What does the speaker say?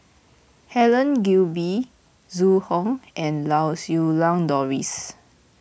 Helen Gilbey Zhu Hong and Lau Siew Lang Doris